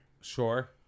sure